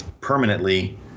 permanently